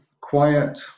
quiet